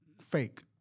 fake